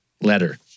letter